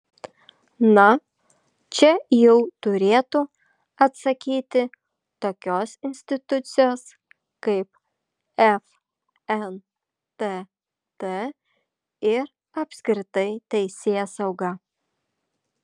na čia jau turėtų atsakyti tokios institucijos kaip fntt ir apskritai teisėsauga